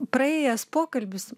praėjęs pokalbis